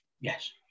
Yes